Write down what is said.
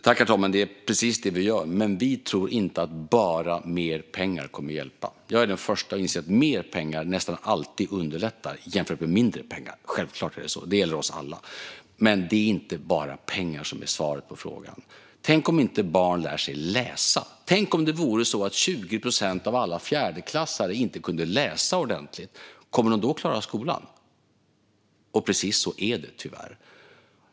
Herr talman! Det är precis detta vi gör. Men vi tror inte att bara mer pengar kommer att hjälpa. Jag är den första att inse att mer pengar nästan alltid underlättar jämfört med mindre pengar. Självklart är det så. Det gäller oss alla. Men det är inte bara pengar som är svaret på frågan. Tänk om barn inte lär sig att läsa! Tänk om det vore så att 20 procent av alla fjärdeklassare inte kunde läsa ordentligt - kommer de då att klara skolan? Och precis så är det, tyvärr.